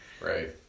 Right